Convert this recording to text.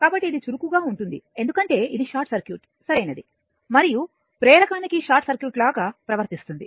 కాబట్టి ఇది చురుకుగా ఉంటుంది ఎందుకంటే ఇది షార్ట్ సర్క్యూట్ మరియు ప్రేరకానికి షార్ట్ సర్క్యూట్ లాగా ప్రవర్తిస్తుంది